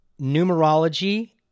Numerology